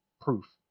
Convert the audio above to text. proof